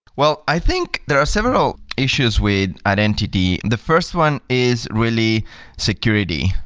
well, i think there are several issues with identity. the first one is really security,